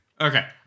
okay